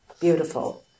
beautiful